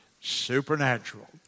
supernatural